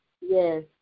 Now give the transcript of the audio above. Yes